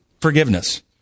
forgiveness